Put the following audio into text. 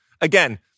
Again